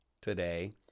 today